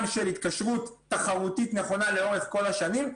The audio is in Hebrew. של התקשרות תחרותית נכונה לאורך כל השנים,